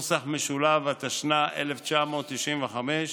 התשנ"ה 1995,